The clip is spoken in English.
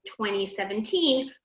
2017